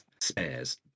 spares